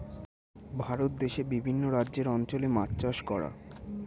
ভারত দেশে বিভিন্ন রাজ্যের অঞ্চলে মাছ চাষ করা